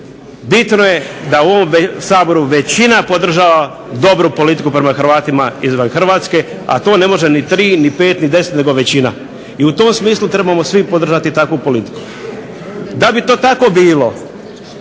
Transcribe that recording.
Bitno je da u ovom Saboru većina podržava dobru politiku prema Hrvatima izvan Hrvatske, a to ne može ni tri, ni pet, ni deset nego većina. I u tom smislu trebamo podržati svi takvu politiku. Da bi to tako bilo,